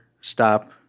stop